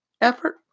effort